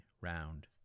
round